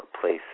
place